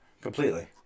completely